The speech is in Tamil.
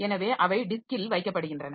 எனவே அவை டிஸ்க்கில் வைக்கப்படுகின்றன